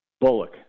Bullock